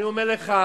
אני אומר לך: